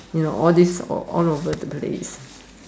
you know all this all over the place